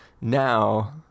now